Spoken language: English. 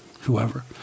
whoever